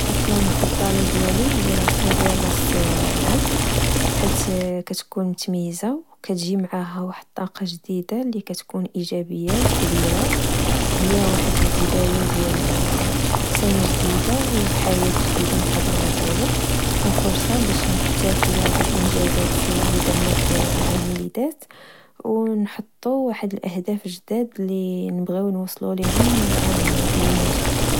العطلة المفضلة ديالي هي لعطلة ديال راس العام، حيث كتكون متميزة، وكتجي معها واحد الطاقة جديدة لكتكون إجابية و كبيرة، هي واحد البداية ديال سنة جديدة وحياة جديدة نقدرو نچولو، و فرصة باش نحتفلو بالإنجازات لدرنا في العام لداز، ونحطو واحد الأهداف جداد لنبغيو نوصلو ليهم لعام لماجي